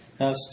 Now